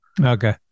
Okay